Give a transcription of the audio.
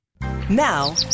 Now